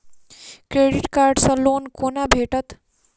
Credit card सँ loan कोना भेटत?